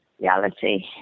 reality